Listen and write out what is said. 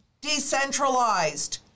Decentralized